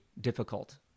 difficult